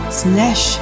slash